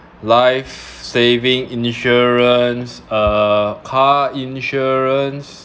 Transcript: life saving insurance uh car insurance